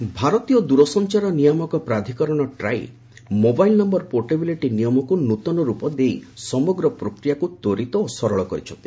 TRAI MNP ଭାରତୀୟ ଦୂରସଂଚାର ନିୟାମକ ପ୍ରାଧିକରଣ ଟ୍ରାଇ ମୋବାଇଲ୍ ନମ୍ଘର ପୋର୍ଟେବିଲିଟି ନିୟମକୁ ନୂତନ ରୂପ ଦେଇ ସମଗ୍ର ପ୍ରକ୍ରିୟାକୁ ତ୍ୱରିତ ଓ ସରଳ କରିଛି